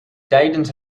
tijdens